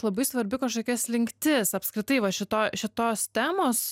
labai svarbi kažkokia slinktis apskritai va šito šitos temos